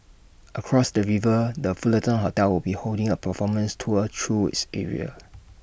across the river the Fullerton hotel will be holding A performance tour through its area